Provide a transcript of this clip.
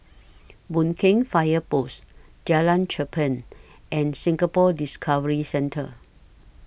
Boon Keng Fire Post Jalan Cherpen and Singapore Discovery Centre